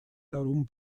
darum